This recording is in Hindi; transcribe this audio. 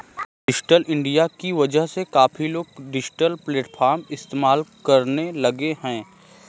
डिजिटल इंडिया की वजह से काफी लोग डिजिटल प्लेटफ़ॉर्म इस्तेमाल करने लगे हैं